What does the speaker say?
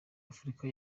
afurika